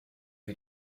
wie